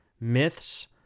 myths